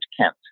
Kent